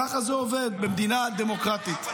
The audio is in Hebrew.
ככה זה עובד במדינה דמוקרטית.